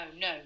no